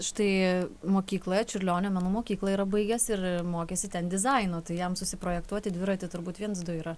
štai mokykla čiurlionio menų mokyklą yra baigęs ir mokėsi ten dizaino tai jam susiprojektuoti dviratį turbūt viens du yra